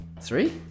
three